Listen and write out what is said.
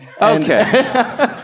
Okay